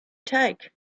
take